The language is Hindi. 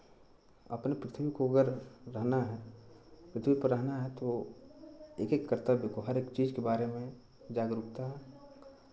अपने पृथ्वी को अगर रहना है पृथ्वी पर रहना है तो एक एक कर्तव्य को हर एक चीज़ के बारे में जागरुकता